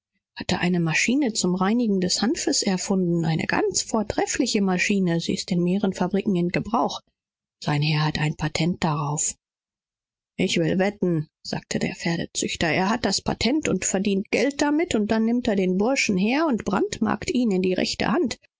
hat eine maschine zum reinigen des hanfes erfunden eine wirklich werthvolle sache die jetzt in vielen fabriken angewendet wird sein herr hat das patent darauf kann mir's denken sagte der pferdehändler hat es und macht geld mit und dann dreht er sich um und brennt den burschen in die rechte hand